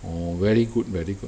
orh very good very good